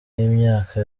y’imyaka